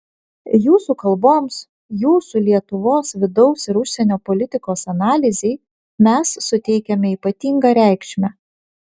jūsų kalboms jūsų lietuvos vidaus ir užsienio politikos analizei mes suteikiame ypatingą reikšmę